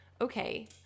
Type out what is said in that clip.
okay